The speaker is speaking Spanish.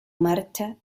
marcha